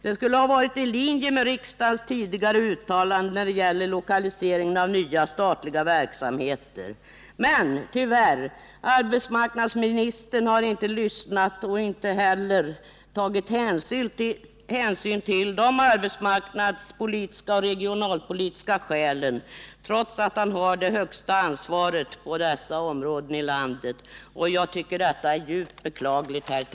Det skulle vidare ha varit i linje med riksdagens tidigare uttalande när det gäller lokaliseringen av nya statliga verksamheter. Men — tyvärr — arbetsmarknadsministern har inte lyssnat och inte heller tagit hänsyn till de arbetsmarknadspolitiska och regionalpolitiska skälen, trots att han har det yttersta ansvaret på dessa områden. Herr talman! Jag tycker att detta är djupt beklagligt.